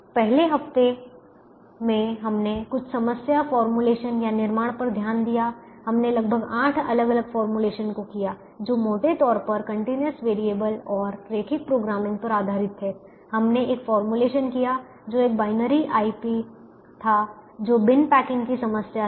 पहले हफ्ते में हमने कुछ समस्या फॉर्मूलेशन या निर्माण पर ध्यान दिया हमने लगभग 8 अलग अलग फॉर्मूलेशन को किया जो मोटे तौर पर कंटीन्यूअस वेरिएबल और रैखिक प्रोग्रामिंग पर आधारित थे हमने एक फॉर्मूलेशन किया जो एक बाइनरी आईपी था जो बिन पैकिंग की समस्या थी